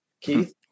Keith